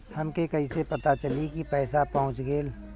हमके कईसे पता चली कि पैसा पहुच गेल?